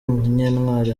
munyentwari